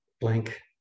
blank